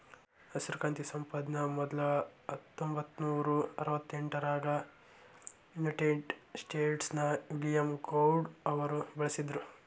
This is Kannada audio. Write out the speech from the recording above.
ಹಸಿರು ಕ್ರಾಂತಿ ಶಬ್ದಾನ ಮೊದ್ಲ ಹತ್ತೊಂಭತ್ತನೂರಾ ಅರವತ್ತೆಂಟರಾಗ ಯುನೈಟೆಡ್ ಸ್ಟೇಟ್ಸ್ ನ ವಿಲಿಯಂ ಗೌಡ್ ಅವರು ಬಳಸಿದ್ರು